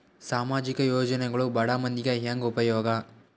ಸಾಮಾಜಿಕ ಯೋಜನೆಗಳು ಬಡ ಮಂದಿಗೆ ಹೆಂಗ್ ಉಪಯೋಗ?